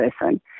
person